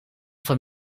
van